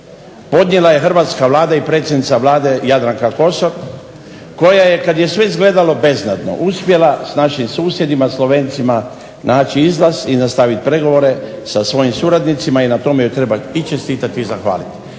podnijela je hrvatska Vlada i predsjednica Vlade Jadranka Kosor koja je kad je sve izgledalo beznadno uspjela s našim susjedima Slovencima naći izlaz i nastaviti pregovore sa svojim suradnicima i na tome joj treba i čestitati i zahvaliti.